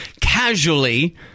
casually